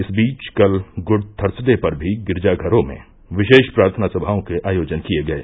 इस बीच कल गुड थर्सडे पर भी गिरजाघरों में विशेष प्रार्थना सभाओं के आयोजन किये गये